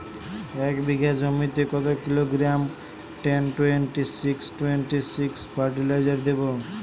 এক বিঘা জমিতে কত kilogram ten twenty six twenty six fertiliser দেবো?